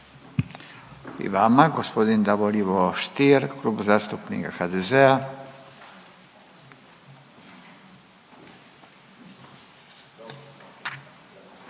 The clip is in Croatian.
I vama. Gospodin Davor Ivo Stier, Klub zastupnika HDZ-a.